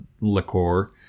liqueur